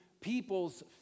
people's